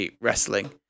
Wrestling